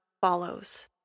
follows